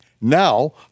now